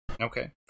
Okay